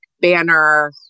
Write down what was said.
banner